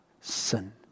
sin